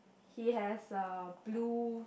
he has a blue